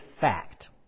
fact